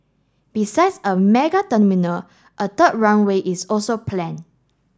besides a mega terminal a third runway is also planned